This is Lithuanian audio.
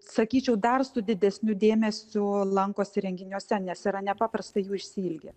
sakyčiau dar su didesniu dėmesiu lankosi renginiuose nes yra nepaprastai jų išsiilgę